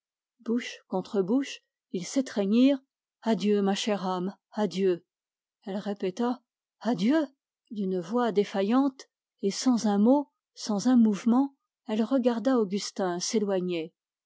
bouche contre bouche ils s'étreignirent adieu ma chère âme adieu elle répéta adieu d'une voix défaillante et sans un mot sans un mouvement elle regarda augustin s'éloigner